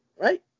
Right